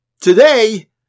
today